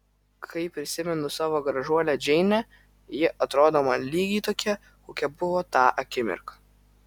kai prisimenu savo gražuolę džeinę ji atrodo man lygiai tokia kokia buvo tą akimirką